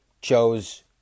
chose